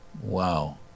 Wow